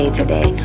today